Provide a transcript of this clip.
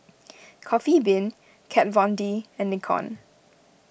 Coffee Bean Kat Von D and Nikon